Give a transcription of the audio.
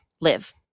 live